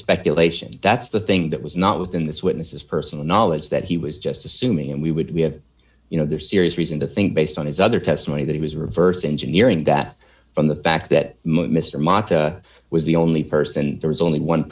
speculation that's the thing that was not within this witness is personal knowledge that he was just assuming and we would we have you know there are serious reason to think based on his other testimony that it was reverse engineering death from the fact that mr mata was the only person there was only one